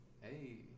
Hey